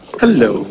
hello